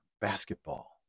basketball